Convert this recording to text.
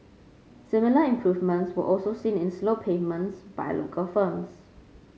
similar improvements were also seen in slow payments by local firms